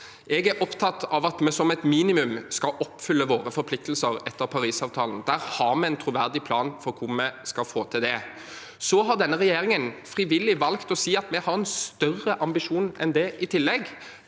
Jeg er opptatt av at vi som et minimum skal oppfylle våre forpliktelser etter Parisavtalen. Der har vi en troverdig plan for hvor vi skal få det til, og så har denne regjeringen frivillig valgt å si at vi har en større ambisjon enn det i tillegg.